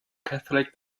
catholic